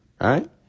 right